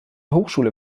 hochschule